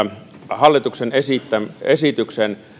hallituksen esityksen